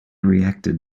reacted